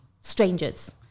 strangers